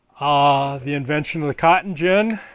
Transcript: ah the invention of the cotton gin